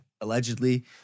allegedly